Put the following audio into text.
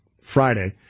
Friday